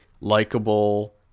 likable